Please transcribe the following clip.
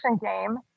game